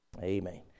Amen